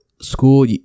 school